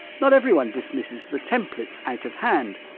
not everyone dismisses the templates out of hand.